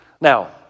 Now